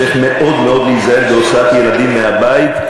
צריך מאוד להיזהר בהוצאת ילדים מהבית,